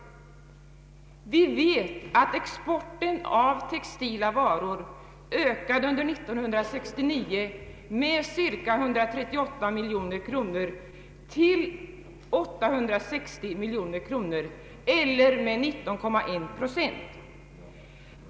Vi vet att exporten av textila varor under 1969 ökade med 138 miljoner kronor till cirka 860 miljoner kronor, eller med 19,1 procent.